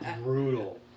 brutal